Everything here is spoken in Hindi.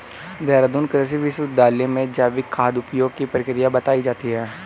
देहरादून कृषि विश्वविद्यालय में जैविक खाद उपयोग की प्रक्रिया बताई जाती है